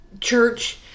church